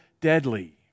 deadly